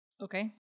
Okay